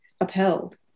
upheld